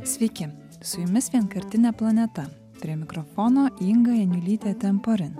sveiki su jumis vienkartinė planeta prie mikrofono inga janiulytė temporin